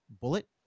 bullet